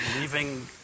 leaving